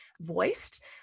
voiced